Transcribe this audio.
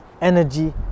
energy